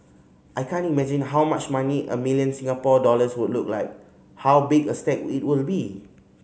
I can't imagine how much money a million Singapore dollars who look like how big a stack it will be